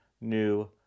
new